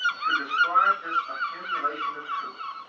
to describe this accumulation of truth.